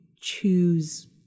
Choose